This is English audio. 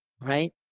right